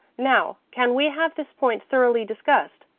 now, can we have this point thoroughly discussed?